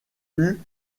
eut